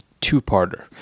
two-parter